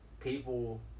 people